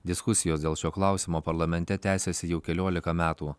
diskusijos dėl šio klausimo parlamente tęsiasi jau keliolika metų